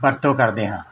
ਵਰਤੋਂ ਕਰਦੇ ਹਾਂ